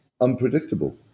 unpredictable